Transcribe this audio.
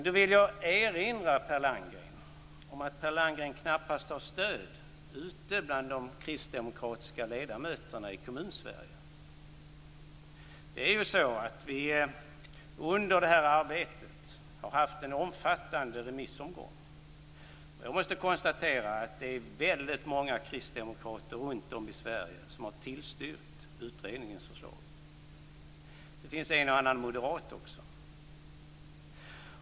Jag vill erinra Per Landgren om att han knappast har stöd ute bland de kristdemokratiska ledamöterna i Kommunsverige. Det är så att vi under detta arbete har haft en omfattande remissomgång. Jag måste konstatera att det är väldigt många kristdemokrater runtom i Sverige som har tillstyrkt utredningens förslag. Det finns en och annan moderat också.